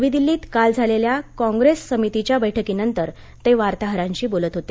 नवी दिल्लीत काल झालेल्या काँग्रेस समितीच्या बैठकीनंतर ते वार्ताहरांशी बोलत होते